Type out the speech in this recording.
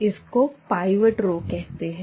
इसको pivot row कहते है